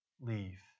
leave